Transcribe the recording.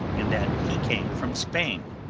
and that he came from spain.